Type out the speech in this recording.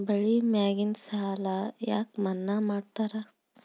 ಬೆಳಿ ಮ್ಯಾಗಿನ ಸಾಲ ಯಾಕ ಮನ್ನಾ ಮಾಡ್ತಾರ?